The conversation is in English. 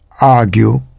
argue